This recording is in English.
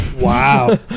wow